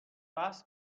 بحث